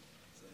כנסת